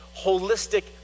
holistic